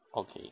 okay